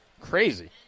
crazy